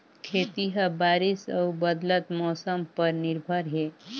खेती ह बारिश अऊ बदलत मौसम पर निर्भर हे